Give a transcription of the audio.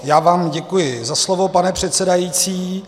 Já vám děkuji za slovo, pane předsedající.